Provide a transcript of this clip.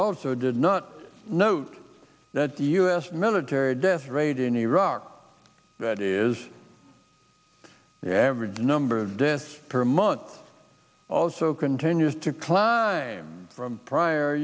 also did not note that the u s military death rate in iraq that is the average number of deaths per month also continues to climb from prior